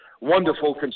wonderful